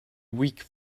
weak